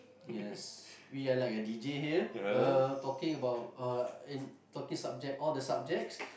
yes we are like a d_j here uh talking about uh talking subjects all the subjects